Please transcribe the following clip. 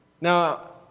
Now